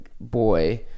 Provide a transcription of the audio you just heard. boy